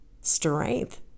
strength